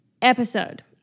episode